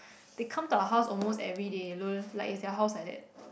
they come to our house almost everyday lol like it's their house like that